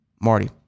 Marty